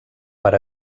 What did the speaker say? per